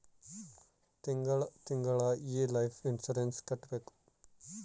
ತಿಂಗಳ ತಿಂಗಳಾ ಈ ಲೈಫ್ ಇನ್ಸೂರೆನ್ಸ್ ಕಟ್ಬೇಕು